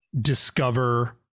discover